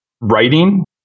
writing